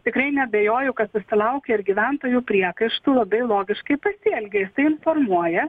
tikrai neabejoju kad susilaukia ir gyventojų priekaištų labai logiškai pasielgė jis tai informuoja